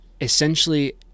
Essentially